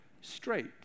straight